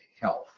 health